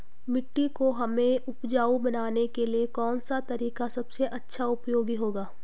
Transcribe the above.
मिट्टी को हमें उपजाऊ बनाने के लिए कौन सा तरीका सबसे अच्छा उपयोगी होगा?